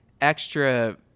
extra